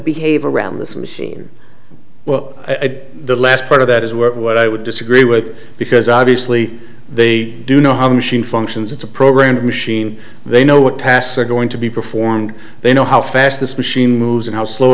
behave around this machine well the last part of that is what i would disagree with because obviously they do know how machine functions it's a programmed machine they know what tasks are going to be performed they know how fast this machine moves and how slow